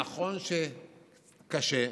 נכון שקשה,